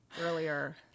earlier